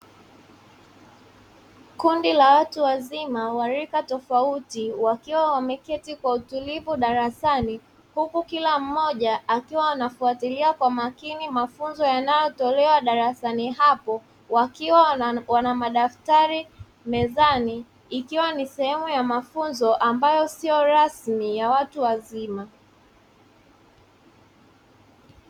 Kundi la watu wazima wa rika tofauti wakiwa wameketi kwa utulivu darasani. Huku kila mmoja akiwa anafuatilia kwa makini mafunzo yanayotolewa darasani hapo, wakiwa wana madaftari mezani ikiwa ni sehemu ya mafunzo ambayo siyo rasmi ya watu wazima.